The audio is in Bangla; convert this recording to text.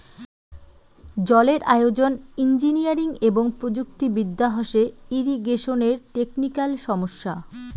জলের আয়োজন, ইঞ্জিনিয়ারিং এবং প্রযুক্তি বিদ্যা হসে ইরিগেশনের টেকনিক্যাল সমস্যা